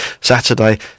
Saturday